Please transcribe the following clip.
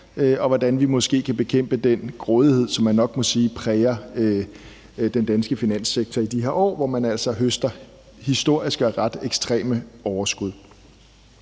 og hvordan vi måske kan bekæmpe den grådighed, som man nok må sige præger den danske finanssektor i de her år, hvor man altså høster historisk høje og ret ekstreme overskud.